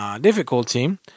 Difficulty